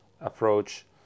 approach